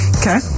Okay